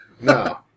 No